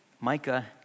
Micah